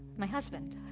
my husband.